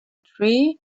tree